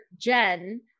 Jen